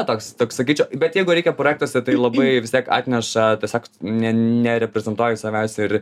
toks toks sakyčiau bet jeigu reikia projektuose tai labai vis tiek atneša tiesiog ne nereprezentuoju savęs ir